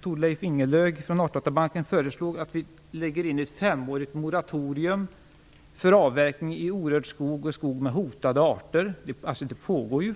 Thorleif Ingelöf från Artdatabanken föreslog lägga in ett femårigt moratorium för avverkning i orörd skog och skog med hotade arter?